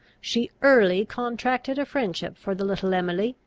she early contracted a friendship for the little emily,